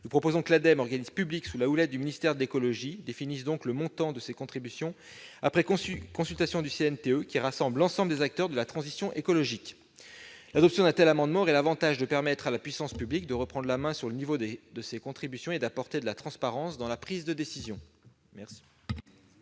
Nous proposons ainsi que l'Ademe, organisme public sous la houlette du ministère de l'écologie, définisse le montant de ces contributions après consultation du Conseil national de la transition écologique, le CNTE, qui rassemble l'ensemble des acteurs de la transition écologique. L'adoption d'un tel amendement aurait l'avantage de permettre à la puissance publique de reprendre la main sur le niveau des contributions et d'apporter de la transparence dans la prise de décision.